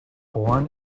born